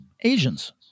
Asians